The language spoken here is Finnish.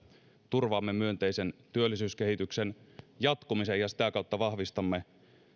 turvaamme myönteisen työllisyyskehityksen jatkumisen ja sitä kautta vahvistamme